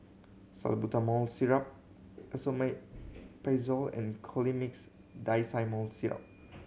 Salbutamol Syrup Esomeprazole and Colimix Dicyclomine Syrup